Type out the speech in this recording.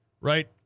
Right